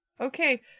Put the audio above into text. okay